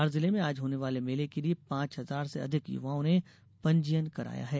धार जिले में आज होने वाले मेले के लिए पांच हजार से अधिक युवाओं ने पंजीयन कराया है